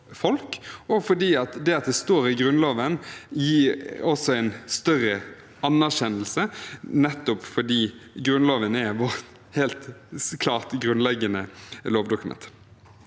og det at det står i Grunnloven, gir også en større anerkjennelse, nettopp fordi Grunnloven er vårt helt klart mest grunnleggende lovdokument.